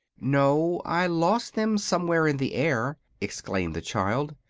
no i lost them somewhere in the air, explained the child.